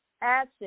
acid